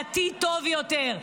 לרשותך.